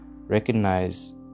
recognize